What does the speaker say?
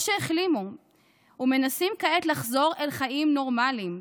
או שהחלימו ומנסים כעת לחזור אל חיים נורמליים.